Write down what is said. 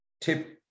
Tip